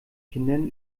kindern